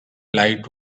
light